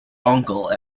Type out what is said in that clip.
uncle